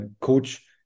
coach